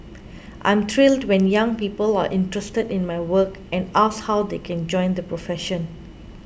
I am thrilled when young people are interested in my work and ask how they can join the profession